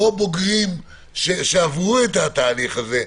או בוגרים שעברו את התהליך הזה,